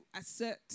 assert